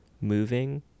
moving